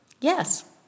Yes